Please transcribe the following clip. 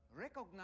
recognize